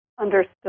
understood